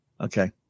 Okay